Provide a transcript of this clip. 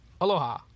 aloha